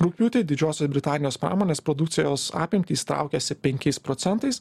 rugpjūtį didžiosios britanijos pramonės produkcijos apimtys traukėsi penkiais procentais